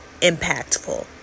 impactful